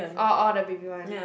orh orh the baby one